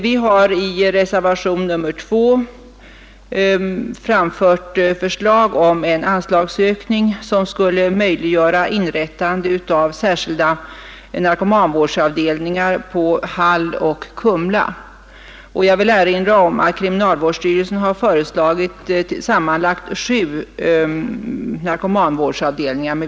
Vi har i reservationen 2 framfört förslag om en anslagsökning, som skulle möjliggöra inrättande av särskilda narkomanvårdsavdelningar på Hall och Kumla, och jag vill erinra om att kriminalvårdsstyrelsen har föreslagit sammanlagt sju narkomanvårdsavdelningar.